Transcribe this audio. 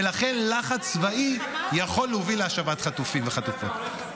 ולכן, לחץ צבאי יכול להוביל להשבת חטופים וחטופות.